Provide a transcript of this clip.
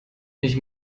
ich